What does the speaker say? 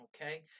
okay